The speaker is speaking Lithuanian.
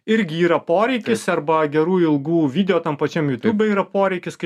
irgi yra poreikis arba gerų ilgų video tam pačiam jutube yra poreikis kai